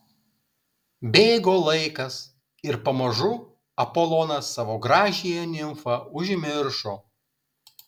bėgo laikas ir pamažu apolonas savo gražiąją nimfą užmiršo